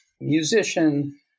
musician